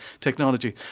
technology